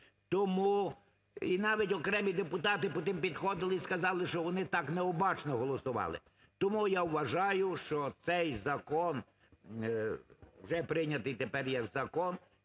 Тому і навіть окремі депутати потім підходили, і сказали, що вони так необачно голосували. Тому я вважаю, що цей закон, вже прийнятий тепер є закон,